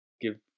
give